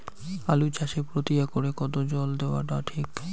আলু চাষে প্রতি একরে কতো জল দেওয়া টা ঠিক?